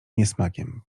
niesmakiem